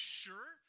sure